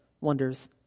wonders